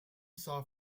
saw